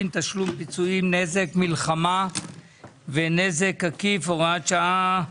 (תשלום פיצויים) (נזק מלחמה ונזק עקיף) (הוראת שעה מס'